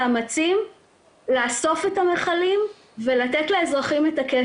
המאמצים לאסוף את המכלים ולתת לאזרחים את הכסף של דמי הפיקדון.